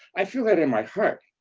i feel that in my heart,